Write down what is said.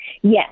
Yes